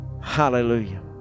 Hallelujah